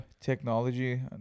technology